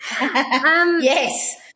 Yes